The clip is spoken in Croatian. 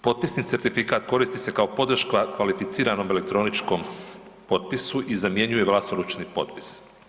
Potpisni certifikat koristi se kao podrška kvalificiranom elektroničkom potpisu i zamjenjuje vlastoručni potpis.